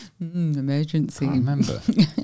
Emergency